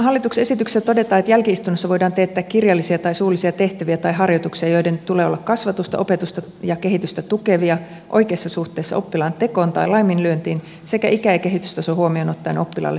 hallituksen esityksessä todetaan että jälki istunnossa voidaan teettää kirjallisia tai suullisia tehtäviä tai harjoituksia joiden tulee olla kasvatusta opetusta ja kehitystä tukevia oikeissa suhteissa oppilaan tekoon tai laiminlyöntiin sekä ikä ja kehitystaso huomioon ottaen oppilaalle sopivia